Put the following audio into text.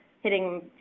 hitting